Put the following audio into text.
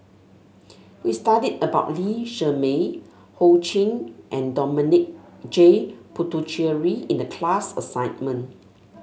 we studied about Lee Shermay Ho Ching and Dominic J Puthucheary in the class assignment